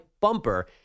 bumper